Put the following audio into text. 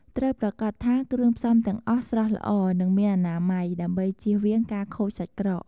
ត្រូវប្រាកដថាគ្រឿងផ្សំទាំងអស់ស្រស់ល្អ និងមានអនាម័យ ដើម្បីចៀសវាងការខូចសាច់ក្រក។